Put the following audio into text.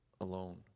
alone